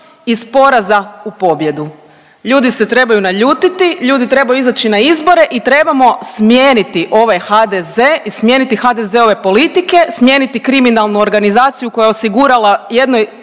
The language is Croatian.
iz poraza u pobjedu. Ljudi se trebaju naljutiti, ljudi trebaju izaći na izbore i trebamo smijeniti ovaj HDZ i smijeniti HDZ-ove politike, smijeniti kriminalnu organizaciju koja je osigurala jednoj